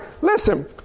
Listen